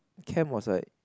Chem was like